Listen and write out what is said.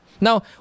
Now